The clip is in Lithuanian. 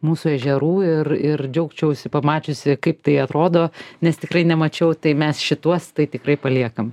mūsų ežerų ir ir džiaugčiausi pamačiusi kaip tai atrodo nes tikrai nemačiau tai mes šituos tai tikrai paliekam